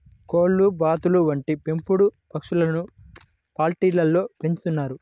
కోళ్లు, బాతులు వంటి పెంపుడు పక్షులను పౌల్ట్రీలలో పెంచుతున్నారు